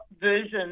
version